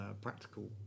practical